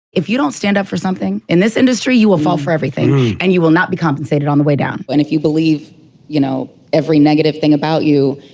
if you don't stand for something, in this industry, you will for for everything and you will not be compensated on the way down. and if you believe you know every negative thing about you,